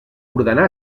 ordenà